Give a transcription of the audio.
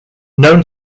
known